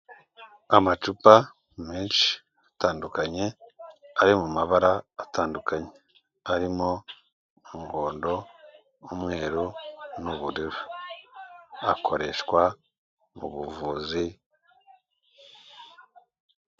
Amacupa menshi atandukanye, ari mu mabara atandukanye, harimo umuhondo, umweru n'ubururu, akoreshwa mu buvuzi.